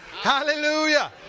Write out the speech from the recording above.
hallelujah.